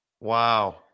Wow